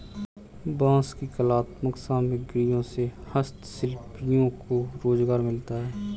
बाँस की कलात्मक सामग्रियों से हस्तशिल्पियों को रोजगार मिलता है